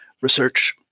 research